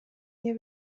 nie